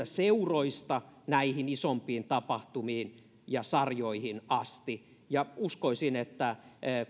seuroista isompiin tapahtumiin ja sarjoihin asti uskoisin että